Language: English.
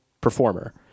performer